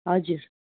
हजुर